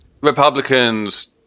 Republicans